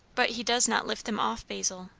but he does not lift them off, basil,